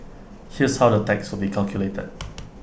here's how the tax will be calculated